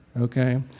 okay